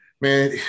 man